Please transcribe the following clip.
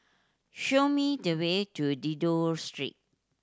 show me the way to Dido Street